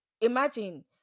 Imagine